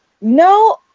no